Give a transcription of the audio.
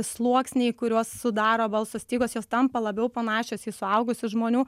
sluoksniai kuriuos sudaro balso stygos jos tampa labiau panašios į suaugusių žmonių